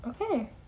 okay